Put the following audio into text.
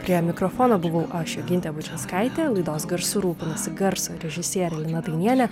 prie mikrofono buvau aš jogintė bučinskaitė laidos garsu rūpinasi garso režisierė lina danielė